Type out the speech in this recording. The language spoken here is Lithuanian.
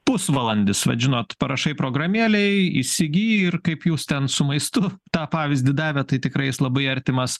pusvalandis vat žinot parašai programėlėj įsigyji ir kaip jūs ten su maistu tą pavyzdį davėt tai tikrai jis labai artimas